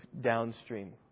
downstream